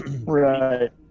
Right